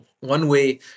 one-way